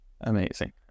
Amazing